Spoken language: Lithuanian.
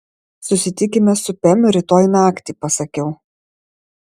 susitikime su pem rytoj naktį pasakiau